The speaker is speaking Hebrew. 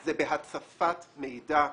זה בהצפת מידע.